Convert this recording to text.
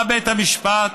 בא בית המשפט